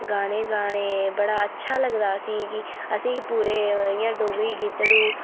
गाने गाने बड़ा अच्छा लगदा असेंगी असेंगी पूरे इ'यां डोगरी गीतड़ू